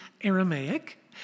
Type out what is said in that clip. Aramaic